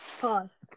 Pause